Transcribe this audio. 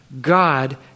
God